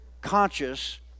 conscious